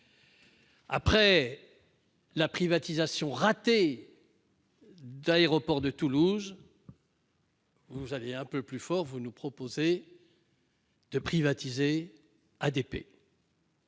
Après la privatisation ratée de l'aéroport de Toulouse, vous faites un peu plus fort en nous proposant de privatiser ADP,